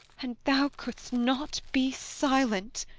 and thou couldst not be silent!